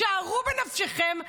שערו בנפשכם,